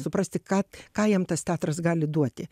suprasti ką ką jam tas teatras gali duoti